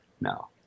No